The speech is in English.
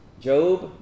Job